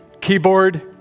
keyboard